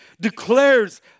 declares